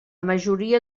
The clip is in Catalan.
majoria